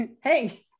Hey